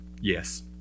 Yes